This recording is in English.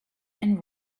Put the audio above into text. and